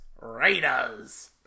Raiders